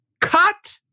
cut